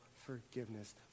Forgiveness